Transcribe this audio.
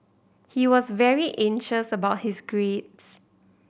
he was very anxious about his grades